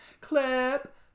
clip